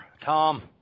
Tom